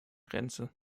grenze